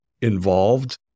involved